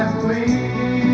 please